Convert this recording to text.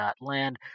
Land